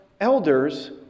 elders